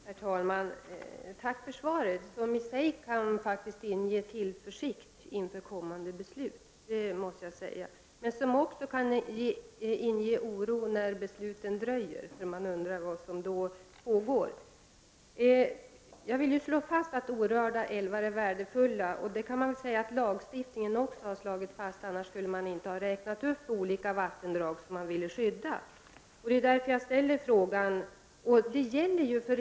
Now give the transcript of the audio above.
Herr talman! Tack för svaret, som i sig faktiskt kan inge tillförsikt inför kommande beslut, men som också kan skapa oro, eftersom besluten dröjer och man undrar vad som pågår. Jag vill slå fast att orörda älvar är värdefulla. Det kan också sägas att detta har slagits fast i lagstiftningen, eftersom man i den annars inte skulle ha räknat upp olika vattendrag som man vill skydda. Det är därför som jag har ställt min fråga.